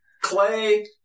Clay